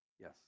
Yes